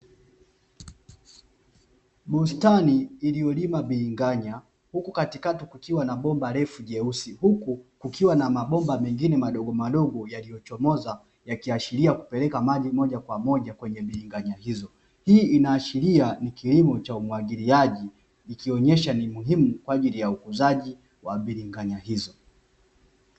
Bustani iliyolima bilinganya huku katikati kukiwa na bomba refu jekundu, huku kukiwa na mabomba mengine madogomadogo yaliyochomoza yakiashiria kupeleka maji moja kwa moja kwenye bilinganya hizo, hii inaashiria ni kilimo cha umwagiliaji ikionyesha umuhimu kwaajili ya ukuaji wa bilinganya hizo.